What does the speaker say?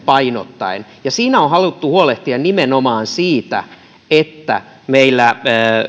painottaen ja siinä on haluttu huolehtia nimenomaan siitä että meillä